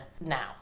now